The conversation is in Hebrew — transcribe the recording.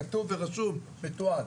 כתוב ורשום ומתועד.